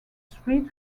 street